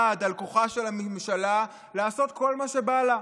אחד, על כוחה של הממשלה לעשות כל מה שבא לה,